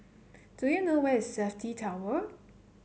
do you know where is Safti Tower